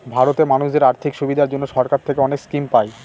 ভারতে মানুষদের আর্থিক সুবিধার জন্য সরকার থেকে অনেক স্কিম পায়